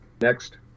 next